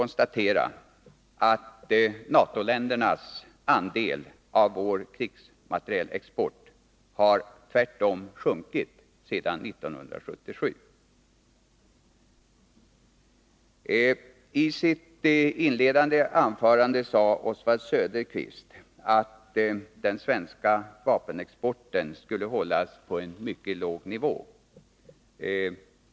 NATO-ländernas andel av vår krigsmaterielexport har tvärtom sjunkit sedan 1977. I sitt inledande anförande sade Oswald Söderqvist att den svenska vapenexporten skulle hållas på en mycket låg nivå.